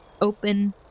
open